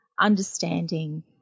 understanding